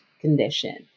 condition